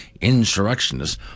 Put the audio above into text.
insurrectionists